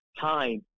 time